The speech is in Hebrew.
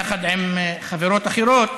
יחד עם חברות כנסת אחרות,